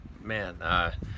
man